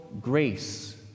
grace